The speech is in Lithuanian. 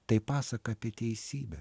tai pasaka apie teisybę